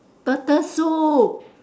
turtle soup